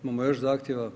Imamo još zahtjeva?